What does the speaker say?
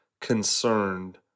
concerned